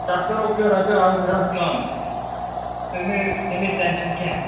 تَتھ کَرو کیٚنٛہہ رۄپیہِ اَکھ زٕ ساس کَم تُہۍ مہٕ ہیٚیِو تَمیُک ٹٮ۪نشَن کیٚنٛہہ